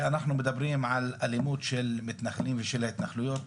אנחנו מדברים על אלימות של מתנחלים ושל ההתנחלויות.